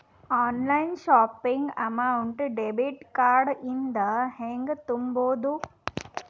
Online shopping amount debit card ಇಂದ ಹೆಂಗ್ ತುಂಬೊದು?